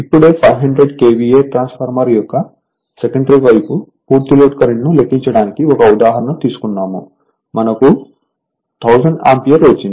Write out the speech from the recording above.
ఇప్పుడే 500 KVA transformer యొక్క secondary వైపు పూర్తి లోడ్ కరెంట్ను లెక్కించడానికి ఒక ఉదాహరణ తీసుకున్నాము మనకు 1000 ఆంపియర్ వచ్చింది